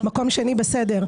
מקום שני בסדר,